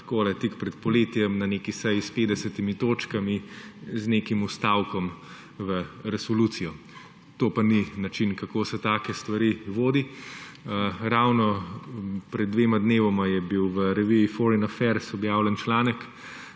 tik pred poletjem na neki seji s 50-imi točkami, z nekim vstavkom v resolucijo. To pa ni način, kako se tak stvari vodi. Ravno pred dvema dnevoma je bil v reviji Foreing Affairs objavljen članek,